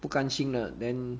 不甘心了 then